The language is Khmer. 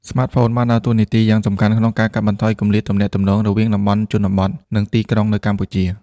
ស្មាតហ្វូនបានដើរតួនាទីយ៉ាងសំខាន់ក្នុងការកាត់បន្ថយគម្លាតទំនាក់ទំនងរវាងតំបន់ជនបទ និងទីក្រុងនៅកម្ពុជា។